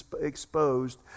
exposed